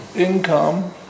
income